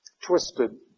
twisted